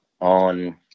on